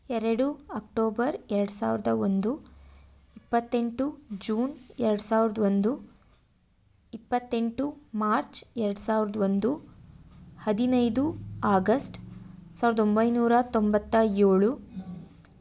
ಎರಡು ಅಕ್ಟೋಬರ್ ಎರಡು ಸಾವಿರದ ಒಂದು ಇಪ್ಪತ್ತೆಂಟು ಜೂನ್ ಎರಡು ಸಾವಿರದ ಒಂದು ಇಪ್ಪತ್ತೆಂಟು ಮಾರ್ಚ್ ಎರಡು ಸಾವಿರದ ಒಂದು ಹದಿನೈದು ಆಗಸ್ಟ್ ಸಾವಿರದ ಒಂಬೈನೂರ ತೊಂಬತ್ತ ಏಳು